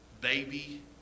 baby